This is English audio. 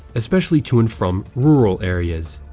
especially to and from rural areas.